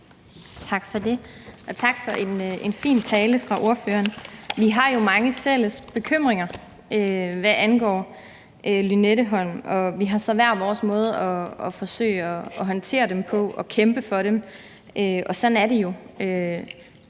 Tak for det, og tak for en fin tale fra ordførerens side. Vi har jo mange fælles bekymringer, hvad angår Lynetteholm, og vi har så hver vores måde at forsøge at håndtere dem og kæmpe imod dem på, og sådan er det jo.